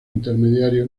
intermediario